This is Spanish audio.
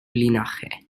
linaje